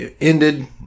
ended